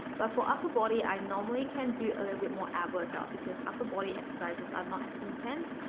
but for upper body i normally can do a little bit more ab workout because upper body exercises are not as intense.